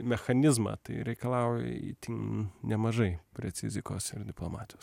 mechanizmą tai reikalauja itin nemažai precizikos ir diplomatijos